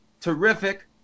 terrific